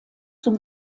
zum